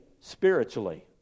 spiritually